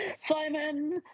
Simon